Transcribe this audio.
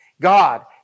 God